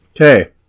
Okay